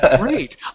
Great